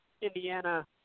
Indiana